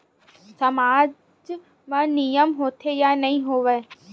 सामाज मा नियम होथे या नहीं हो वाए?